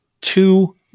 two